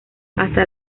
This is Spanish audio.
hasta